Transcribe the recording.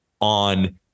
on